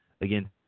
Again